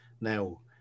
now